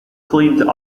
cleaned